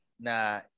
Nah